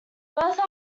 bertha